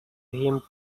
him